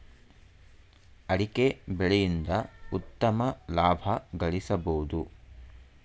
ಅಡಿಕೆ ಬೆಳೆಯಿಂದ ಉತ್ತಮ ಲಾಭ ಗಳಿಸಬೋದು